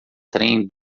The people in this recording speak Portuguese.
trem